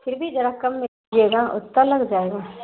پھر بھی ذرا کم میں کیجیے گا اتا لگ جائے گا